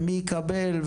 ומי יקבל,